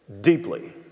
Deeply